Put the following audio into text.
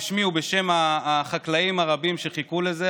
בשמי ובשם החקלאים הרבים שחיכו לזה,